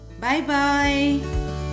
Bye-bye